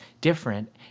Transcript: different